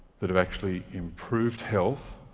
that have actually improved health,